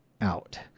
out